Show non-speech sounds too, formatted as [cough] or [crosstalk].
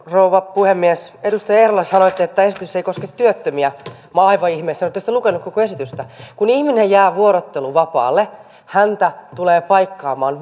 rouva puhemies edustaja eerola sanoitte että tämä esitys ei koske työttömiä olen aivan ihmeissäni oletteko te lukenut koko esitystä kun ihminen jää vuorotteluvapaalle häntä tulee paikkaamaan [unintelligible]